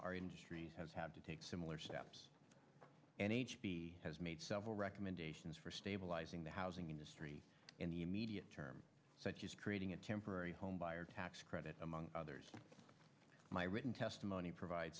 our industry has had to take similar steps and he has made several recommendations for stabilizing the housing industry in the immediate term such as creating a temporary homebuyer tax credit among others my written testimony provide